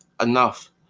enough